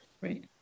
right